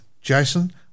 Jason